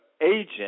agent